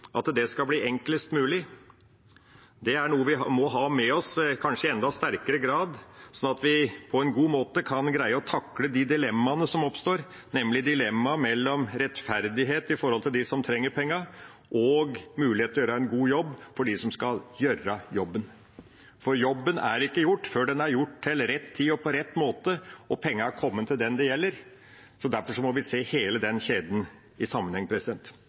at det skal bli enklest mulig. Det er kanskje noe vi må ha med oss i enda sterkere grad, sånn at vi på en god måte kan greie å takle de dilemmaene som oppstår, nemlig dilemmaet mellom rettferdighet overfor dem som trenger pengene, og muligheten til å gjøre en god jobb for dem som skal gjøre jobben. For jobben er ikke gjort før den er gjort til rett tid og på rett måte og pengene er kommet til den det gjelder. Derfor må vi se hele den kjeden i sammenheng.